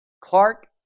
Clark